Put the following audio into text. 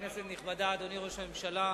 כנסת נכבדה, אדוני ראש הממשלה,